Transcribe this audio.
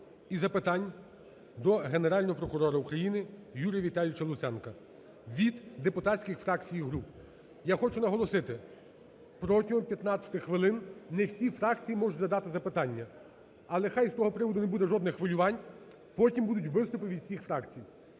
і запитань до Генерального прокурора України Юрія Віталійовича Луценка від депутатських фракцій і груп. Я хочу наголосити, протягом 15 хвилин не всі фракції можуть, але хай з того приводу не буде жодних хвилювань, потім будуть виступи від всіх фракцій,